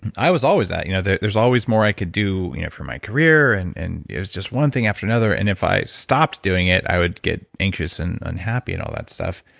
i was always at. you know there's there's always more i could do you know for my career, and and it was just one thing after another. and if i stopped doing it, i would get anxious and unhappy and all that stuff